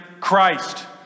Christ